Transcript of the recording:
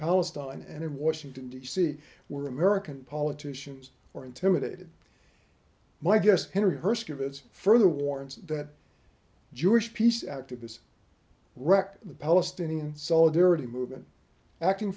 palestine and in washington d c where american politicians or intimidated my guest herskovitz further warns that jewish peace activists wrecked the palestinian solidarity movement acting